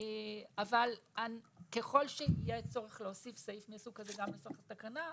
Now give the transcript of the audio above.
אבל ככל שיהיה צורך להוסיף סעיף מסוג כזה גם בסוף התקנה,